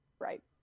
Right